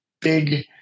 big